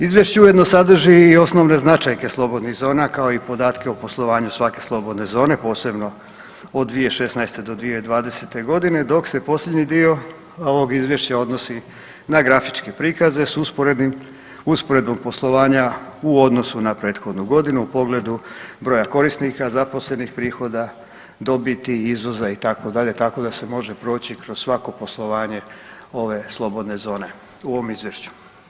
Izvješće ujedno sadrži i osnovne značajke slobodnih zona, kao i podatke o poslovanju svake slobodne zone, posebno od 2016. do 2020.g. dok se posljednji dio ovog izvješća odnosi na grafičke prikaze s usporednim, usporedbom poslovanja u odnosu na prethodnu godinu u pogledu broja korisnika zaposlenih, prihoda, dobiti, izvoza itd., tako da se može proći kroz svako poslovanje ove slobodne zone u ovom izvješću.